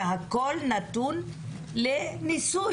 והכול נתון לניסוי.